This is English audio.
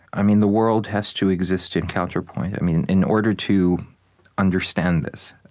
i mean, the world has to exist in counterpoint. i mean, in order to understand this,